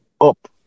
up